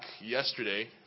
yesterday